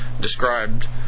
described